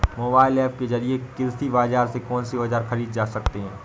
Mobile app के जरिए कृषि बाजार से कौन से औजार ख़रीदे जा सकते हैं?